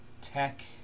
tech